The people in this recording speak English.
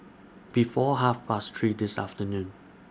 before Half Past three This afternoon